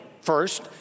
First